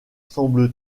semble